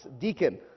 deacon